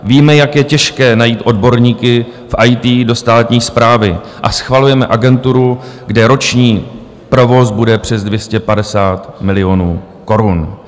Víme, jak je těžké najít odborníky v IT do státní správy, a schvalujeme agenturu, kde roční provoz bude přes 250 milionů korun.